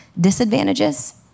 disadvantages